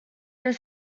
their